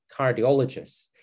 cardiologists